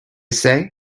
say